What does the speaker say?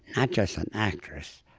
not just an actress,